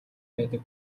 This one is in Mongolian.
байдаг